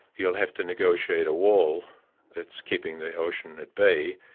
you'll have to negotiate a wall that's keeping the ocean at bay,